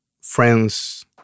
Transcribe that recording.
friends